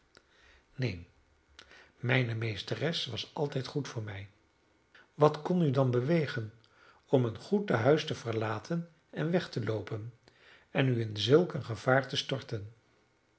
neen mijne meesteres was altijd goed voor mij wat kon u dan bewegen om een goed tehuis te verlaten en weg te loopen en u in zulk een gevaar te storten